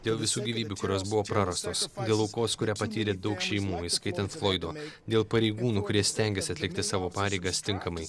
dėl visų gyvybių kurios buvo prarastos dėl aukos kurią patyrė daug šeimų įskaitant floido dėl pareigūnų kurie stengiasi atlikti savo pareigas tinkamai